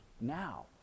now